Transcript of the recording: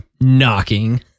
Knocking